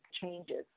changes